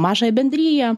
mažąją bendriją